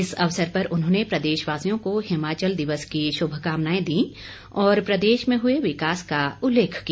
इस अवसर पर उन्होंने प्रदेशवासियों को हिमाचल दिवस की शुभकामनाएं दीं और प्रदेश में हुए विकास का उल्लेख किया